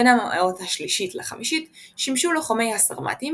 בין המאות ה-3 ל-5 שימשו לוחמי הסמרטים